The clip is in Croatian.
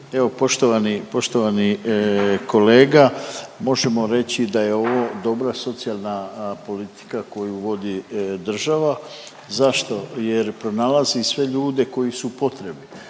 poštovani kolega, možemo reći da je ovo dobra socijalna politika koju vodi država. Zašto? Jer pronalazi sve ljude koji su u potrebi.